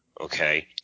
Okay